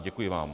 Děkuji vám.